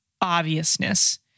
obviousness